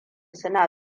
suna